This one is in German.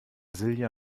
silja